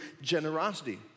generosity